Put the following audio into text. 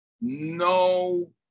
no